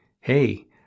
Hey